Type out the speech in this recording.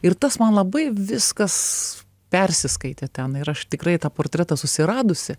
ir tas man labai viskas persiskaitė ten ir aš tikrai tą portretą susiradusi